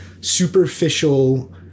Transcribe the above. superficial